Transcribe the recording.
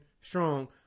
strong